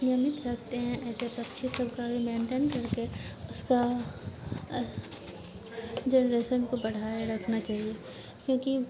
नियमित रखते हैं ऐसे पक्षी सबका भी मेनटेन करके उसका जनरेसन को बढ़ाए रखना चाहिए क्योंकि